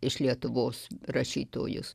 iš lietuvos rašytojus